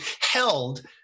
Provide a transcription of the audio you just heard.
held